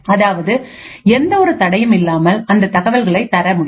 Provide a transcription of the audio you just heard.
அதாவது எந்த ஒரு தடையும் இல்லாமல் அந்த தகவலை தர முடியும்